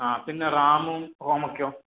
ആ പിന്നെ റാമും റോമൊക്കെയൊ